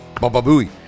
Ba-ba-booey